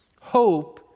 Hope